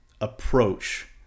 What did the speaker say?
approach